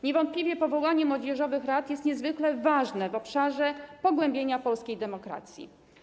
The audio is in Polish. Niewątpliwie powołanie młodzieżowych rad jest niezwykle ważne w obszarze pogłębienia polskiej demokracji.